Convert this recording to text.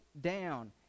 down